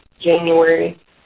January